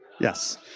Yes